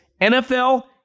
NFL